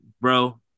bro